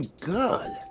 good